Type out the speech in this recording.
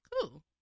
Cool